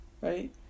right